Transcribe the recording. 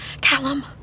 Callum